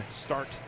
start